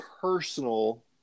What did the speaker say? personal